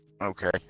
Okay